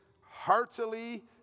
heartily